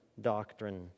doctrine